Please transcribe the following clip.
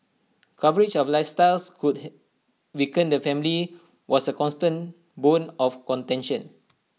coverage of lifestyles could weaken the family was A constant bone of contention